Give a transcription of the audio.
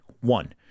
one